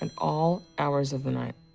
and all hours of the night,